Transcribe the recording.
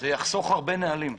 זה יחסוך הרבה נהלים.